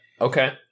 Okay